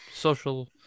social